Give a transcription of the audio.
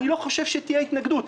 אני לא חושב שתהיה התנגדות.